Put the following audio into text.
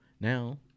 now